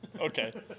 Okay